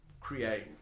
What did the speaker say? create